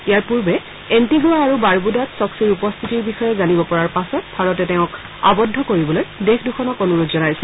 ইয়াৰ পূৰ্বে এণ্টিগুৱা আৰু বাৰ্বুদাত চক্ছিৰ উপস্থিতিৰ বিষয়ে জানিব পৰাৰ পিছত ভাৰতে তেওঁক আৱদ্ধ কৰিবলৈ দেশ দুখনক অনুৰোধ জনাইছিল